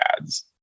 ads